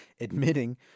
admitting